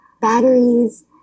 batteries